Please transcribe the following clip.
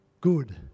good